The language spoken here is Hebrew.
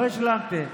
לא השלמתי.